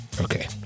Okay